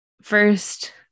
first